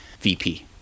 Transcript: VP